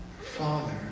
Father